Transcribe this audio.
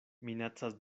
minacas